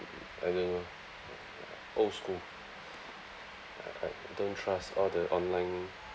I don't know old school don't trust all the online